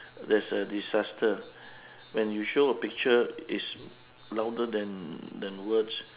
there's a disaster when you show a picture is louder than than words